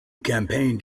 campaigned